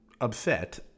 upset